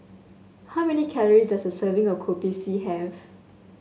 how many calorie does a serving of Kopi C have